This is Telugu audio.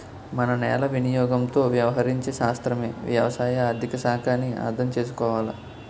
మన నేల వినియోగంతో వ్యవహరించే శాస్త్రమే వ్యవసాయ ఆర్థిక శాఖ అని అర్థం చేసుకోవాలి